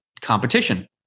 competition